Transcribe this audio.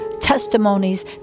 testimonies